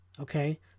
Okay